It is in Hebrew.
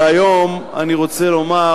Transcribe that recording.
והיום אני רוצה לומר